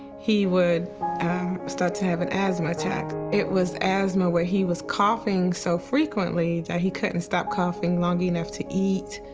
he would start to have an asthma attack. it was asthma where he was coughing so frequently that he couldn't stop coughing long enough to eat,